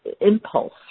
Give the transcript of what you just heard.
impulse